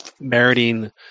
meriting –